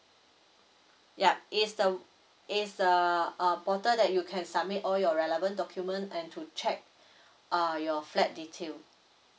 ya it's the it's the uh portal that you can submit all your relevant document and to check uh your flat detail